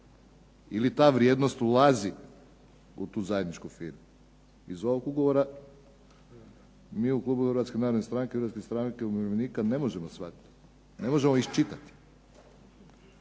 ili ta vrijednost ulazi u tu zajedničku firmu? Iz ovog ugovora mi u klubu Hrvatske narodne stranke, Hrvatske stranke umirovljenika ne možemo shvatiti, ne možemo iščitati.